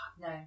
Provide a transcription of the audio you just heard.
No